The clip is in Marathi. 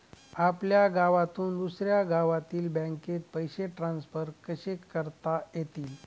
आपल्या गावातून दुसऱ्या गावातील बँकेत पैसे ट्रान्सफर कसे करता येतील?